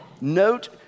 note